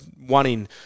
one-in